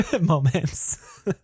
moments